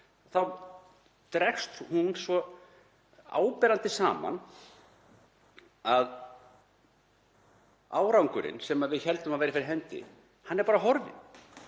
Þá dregst hún svo áberandi saman að árangurinn sem við héldum að væri fyrir hendi er bara horfinn.